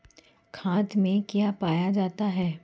खाद में क्या पाया जाता है?